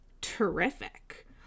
terrific